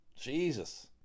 Jesus